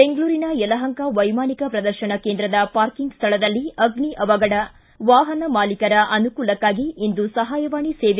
ಬೆಂಗಳೂರಿನ ಯಲಹಂಕ ವೈಮಾನಿಕ ಪ್ರದರ್ಶನ ಕೇಂದ್ರದ ಪಾರ್ಕಿಂಗ್ ಸ್ಥಳದಲ್ಲಿ ಅಗ್ನಿ ಅವಘಡ ವಾಹನ ಮಾಲಿಕರ ಅನುಕೂಲಕ್ಷಾಗಿ ಇಂದು ಸಹಾಯವಾಣಿ ಸೇವೆ